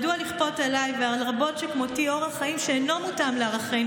מדוע לכפות עליי ועל רבות שכמותי אורח חיים שאינו מותאם לערכינו